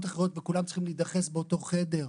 אחרות וכולם צריכים להידחס באותו חדר.